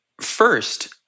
First